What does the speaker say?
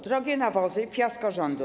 Drogie nawozy - fiasko rządu.